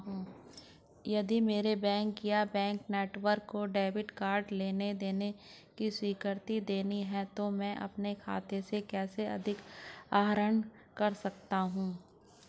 यदि मेरे बैंक या बैंक नेटवर्क को डेबिट कार्ड लेनदेन को स्वीकृति देनी है तो मैं अपने खाते से कैसे अधिक आहरण कर सकता हूँ?